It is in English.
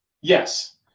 Yes